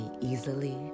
easily